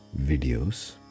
videos